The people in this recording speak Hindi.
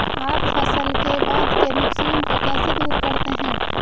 आप फसल के बाद के नुकसान को कैसे दूर करते हैं?